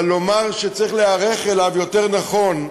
אבל לומר שצריך להיערך אליו יותר נכון.